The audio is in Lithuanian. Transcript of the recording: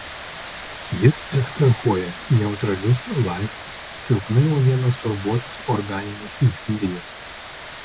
jis ekstrahuoja neutralius laisvus silpnai uolienos sorbuotus organinius junginius